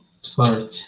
Sorry